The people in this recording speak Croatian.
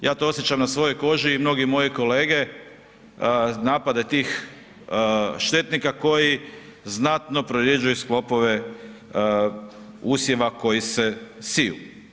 Ja to osjećam na svojoj koži i mnogi moji kolege napade tih štetnika koji znatno prorjeđuje sklopove usjeva koji se siju.